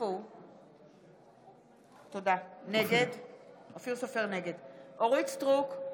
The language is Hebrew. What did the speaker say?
נגד אורית מלכה סטרוק,